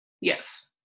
Yes